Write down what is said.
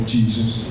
Jesus